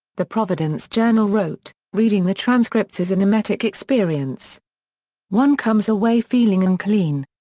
the providence journal wrote, reading the transcripts is an emetic experience one comes away feeling unclean.